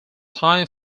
time